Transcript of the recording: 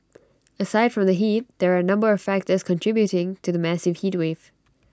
aside from the heat there are A number of factors contributing to the massive heatwave